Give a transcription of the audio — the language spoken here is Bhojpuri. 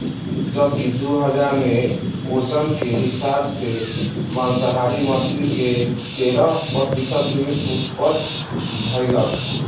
जबकि दू हज़ार में ओजन के हिसाब से मांसाहारी मछली के तेरह प्रतिशत ही उत्तपद भईलख